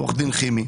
עו"ד חימי,